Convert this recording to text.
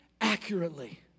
accurately